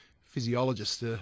physiologist